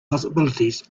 possibilities